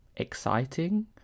Exciting